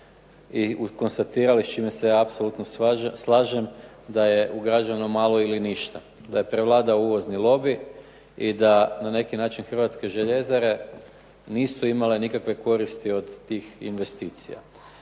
i konstatirali s čime se apsolutno slažem, da je ugrađeno malo ili ništa, da je prevladao uvozni lobij i da na neki način Hrvatske željezare nisu imale nikakve koristi od tih investicija.